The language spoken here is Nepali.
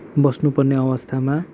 बस्नपर्ने अवस्थामा